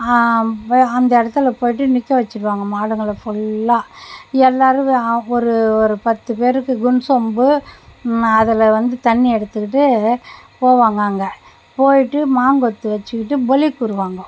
அந்த இடத்துல போயிட்டு நிற்க வச்சுருவாங்க மாடுங்களை ஃபுல்லாக எல்லோரும் ஒரு ஒரு பத்துப்பேருக்கு வெண் சொம்பு அதில் வந்து தண்ணி எடுத்துக்கிட்டு இத போவாங்க அங்கே போயிட்டு மாங்கொத்து வச்சுக்கிட்டு பொலி கூறுவாங்கோ